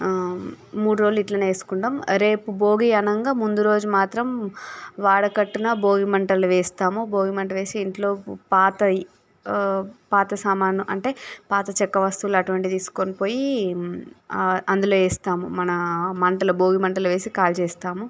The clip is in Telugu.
మూడు రోజులు ఇట్లనే చేసుకుంటాం రేపు భోగి అనగా ముందు రోజు మాత్రం వాడకట్టున భోగిమంటలు వేస్తాము భోగిమంటలు వేసి ఇంట్లో పాతవి పాత సామాను అంటే పాత చెక్క వస్తువులు అటువంటి తీసుకొని పోయి అందులో వేస్తాము మన మంటలో భోగి మంటలో వేసి కాల్చి వేస్తాము